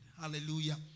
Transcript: Hallelujah